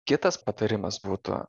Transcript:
kitas patarimas būtų